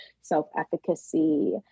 self-efficacy